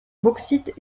bauxite